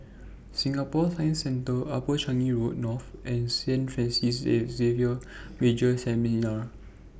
Singapore Science Centre Upper Changi Road North and Saint Francis Xavier Major Seminary